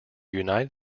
united